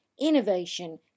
innovation